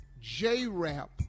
J-Rap